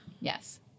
Yes